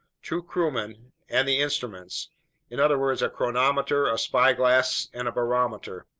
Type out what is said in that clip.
two crewmen, and the instruments in other words, a chronometer, a spyglass, and a barometer.